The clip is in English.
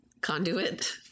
Conduit